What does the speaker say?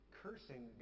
cursing